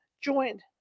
joined